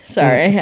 Sorry